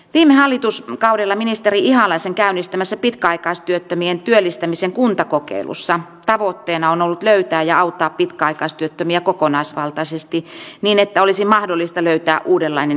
viime hallituskaudella ministeri ihalaisen käynnistämässä pitkäaikaistyöttömien työllistämisen kuntakokeilussa tavoitteena on ollut löytää ja auttaa pitkäaikaistyöttömiä kokonaisvaltaisesti niin että olisi mahdollista löytää uudenlainen elämän suunta